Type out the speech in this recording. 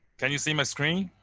can you see my screen?